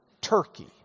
Turkey